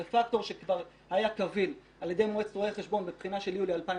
זה פקטור שכבר היה קביל על ידי מועצת רואי חשבון בבחינה של יולי 2017,